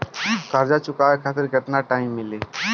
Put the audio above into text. कर्जा चुकावे खातिर केतना टाइम मिली?